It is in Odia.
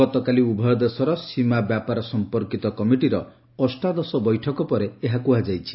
ଗତକାଲି ଉଭୟ ଦେଶର ସୀମା ବ୍ୟାପାର ସମ୍ପର୍କିତ କମିଟିର ଅଷ୍ଟାଦଶ ବୈଠକ ପରେ ଏହା କୁହାଯାଇଛି